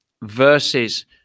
versus